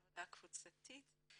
עבודה קבוצתית,